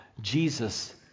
Jesus